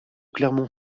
clermont